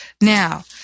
Now